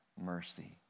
mercy